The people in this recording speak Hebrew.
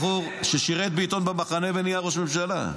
בחור ששירת בעיתון במחנה ונהיה ראש ממשלה.